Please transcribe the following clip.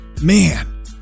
man